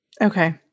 Okay